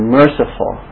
merciful